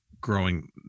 growing